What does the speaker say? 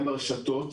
גם ברשתות,